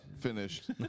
finished